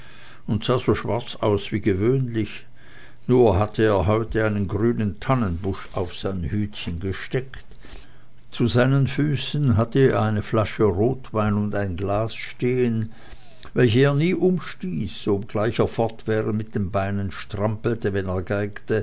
und sah so schwarz aus wie gewöhnlich nur hatte er heute einen grünen tannenbusch auf sein hütchen gesteckt zu seinen füßen hatte er eine flasche rotwein und ein glas stehen welche er nie umstieß obgleich er fortwährend mit den beinen strampelte wenn er